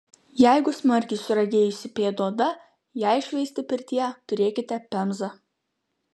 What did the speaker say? jeigu smarkiai suragėjusi pėdų oda jai šveisti pirtyje turėkite pemzą